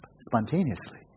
spontaneously